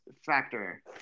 factor